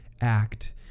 act